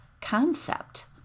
concept